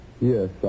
Yes